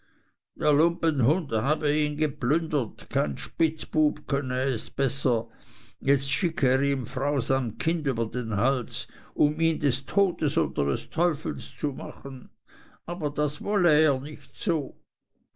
der lumpenhund habe ihn geplündert kein spitzbub könne es besser jetzt schicke er ihm frau samt kind über den hals um ihn des todes oder des teufels zu machen aber das wolle er nicht so